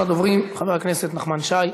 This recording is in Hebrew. ראשון הדוברים חבר הכנסת נחמן שי.